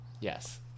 Yes